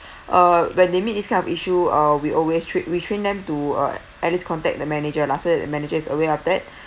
uh when they meet this kind of issue uh we always train we train them to uh at least contact the manager see if the manager is around after that